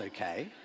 okay